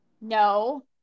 No